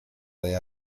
they